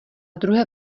druhé